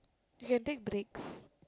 you can take breaks